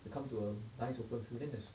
you come to a nice open feeling is